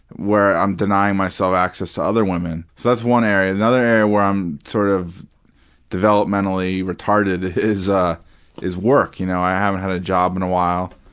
where i'm denying myself access to other women. so that's one area. another area where i'm sort of developmentally retarded is ah is work. you know i haven't had a job in a while.